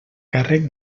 càrrec